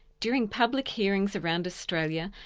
during public hearings around australia,